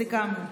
סיכמנו.